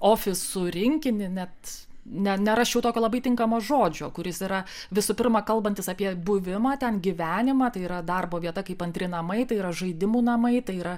ofisų rinkinį net net nerasčiau tokio labai tinkamo žodžio kuris yra visų pirma kalbantis apie buvimą ten gyvenimą tai yra darbo vieta kaip antri namai tai yra žaidimų namai tai yra